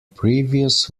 previous